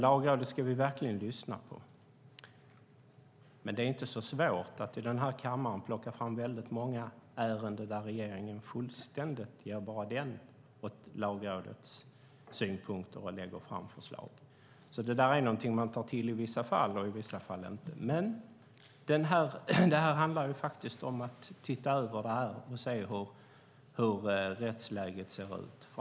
Lagrådet ska vi verkligen lyssna på, men det är inte svårt att plocka fram väldigt många ärenden i den här kammaren där regeringen fullständigt ger den i Lagrådets synpunkter och lägger fram förslag. Det där är någonting man tar till i vissa fall och i vissa fall inte. Detta handlar om att titta över det här och se hur rättsläget ser ut.